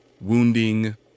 wounding